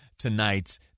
Tonight's